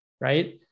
Right